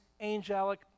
angelic